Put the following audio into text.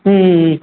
ம் ம் ம்